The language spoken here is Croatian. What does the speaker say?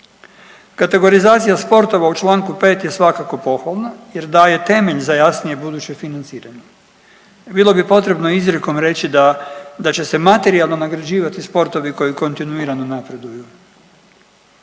Kategorizacija sportova u članku 5. je svakako pohvalna jer daje temelj za jasnije buduće financiranje. Bilo bi potrebno izrijekom reći da će se materijalno nagrađivati sportovi koji kontinuirano napreduju.